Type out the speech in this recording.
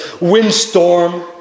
windstorm